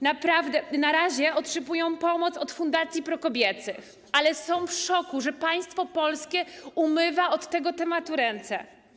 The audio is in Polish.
Na razie otrzymują pomoc od fundacji prokobiecych, ale są w szoku, że państwo polskie umywa od tego tematu ręce.